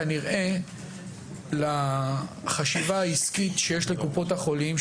כנראה לחשיבה העסקית שיש לקופות החולים,